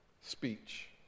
speech